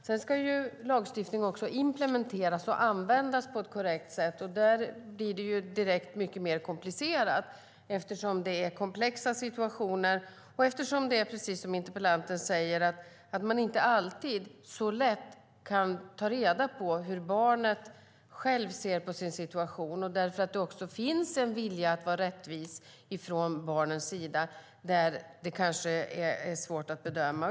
Sedan ska lagstiftning också implementeras och användas på ett korrekt sätt, och där blir det direkt mycket mer komplicerat eftersom det är komplexa situationer och eftersom det är precis som interpellanten säger - man kan inte alltid så lätt ta reda på hur barnet självt ser på sin situation, och det finns en vilja från barnets sida att vara rättvis. Det kanske är svårt att bedöma.